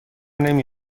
نمی